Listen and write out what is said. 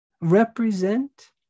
represent